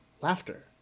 Laughter